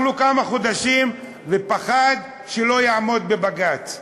לו כמה חודשים ופחד שלא יעמוד בבג"ץ,